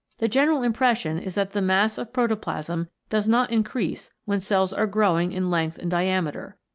the general im pression is that the mass of protoplasm does not increase when cells are growing in length and diameter.